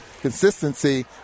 consistency